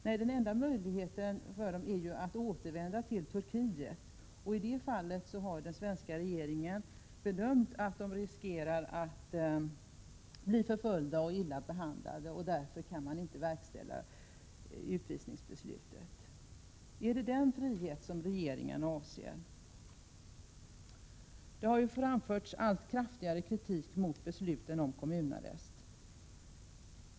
Nej, enda möjligheten för dessa personer är ju att återvända till Turkiet, och i det fallet har den svenska regeringen gjort bedömningen att de riskerar att bli förföljda och illa behandlade och att de därför inte kan utvisas. Är det denna frihet regeringen avser? Det har framförts allt kraftigare kritik mot besluten om kommunarrest.